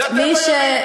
זה אתם בימין,